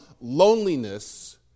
loneliness